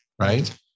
Right